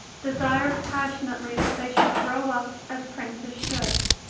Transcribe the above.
desires passionately that they should grow up as princes should.